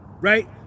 right